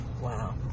Wow